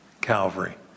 Calvary